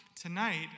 tonight